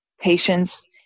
patience